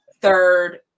third